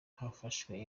hafashwe